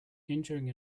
injuring